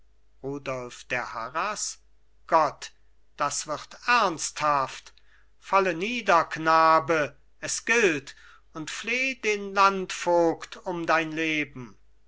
gott das wird ernsthaft falle nieder knabe es gilt und fleh den landvogt um dein leben